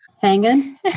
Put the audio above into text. Hanging